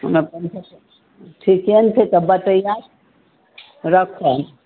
पानि फेट्टे ठीके ने छै तब बतैहियैथि रखऽ